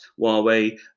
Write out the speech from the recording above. Huawei